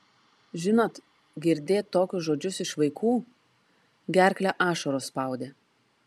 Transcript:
žinot girdėt tokius žodžius iš vaikų gerklę ašaros spaudė